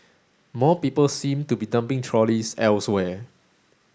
more people seem to be dumping trolleys elsewhere